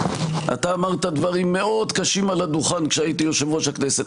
אמרת דברים מאוד קשים על הדוכן כשהייתי יושב-ראש הכנסת,